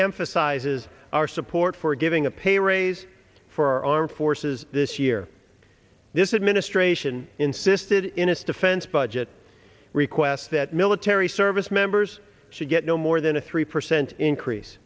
emphasizes our support for giving a pay raise for our armed forces this year this administration insisted inus defense budget requests that military service members should get no more than a three percent increase